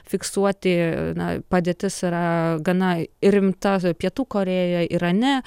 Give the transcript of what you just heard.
fiksuoti na padėtis yra gana rimta pietų korėjoj irane